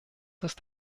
ist